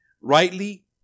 rightly